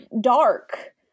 dark